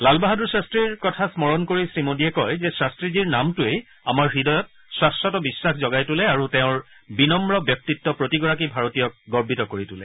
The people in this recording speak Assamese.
লালবাহাদুৰ শাস্ত্ৰীৰ কথা স্মাৰণ কৰি শ্ৰীমোদীয়ে কয় যে শাস্ত্ৰীজীৰ নামটোৱেই আমাৰ হৃদয়ত এক শাখত বিশ্বাস জগাই তোলে আৰু তেওঁৰ বিনম্ন ব্যক্তিত্বই প্ৰতিগৰাকী ভাৰতীয়ক গৰ্বিত কৰি তোলে